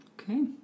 Okay